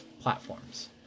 platforms